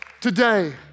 today